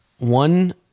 one